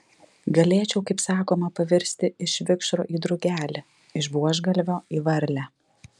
galėčiau kaip sakoma pavirsti iš vikšro į drugelį iš buožgalvio į varlę